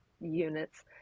units